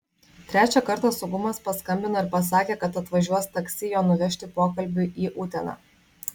trečią kartą saugumas paskambino ir pasakė kad atvažiuos taksi jo nuvežti pokalbiui į uteną